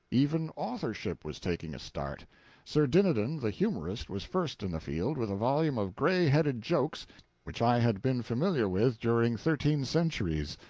even authorship was taking a start sir dinadan the humorist was first in the field, with a volume of gray-headed jokes which i had been familiar with during thirteen centuries.